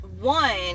one